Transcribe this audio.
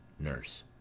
nurse.